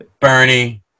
bernie